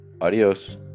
adios